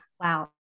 Wow